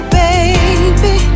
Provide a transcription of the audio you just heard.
baby